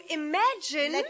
imagine